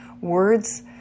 words